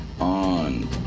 on